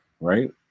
right